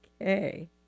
Okay